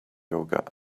yoga